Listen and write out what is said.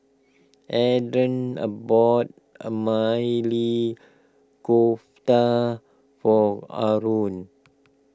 Adrain a bought a Maili Kofta for Aron